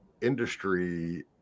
industry